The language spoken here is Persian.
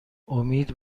امید